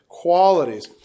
qualities